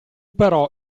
però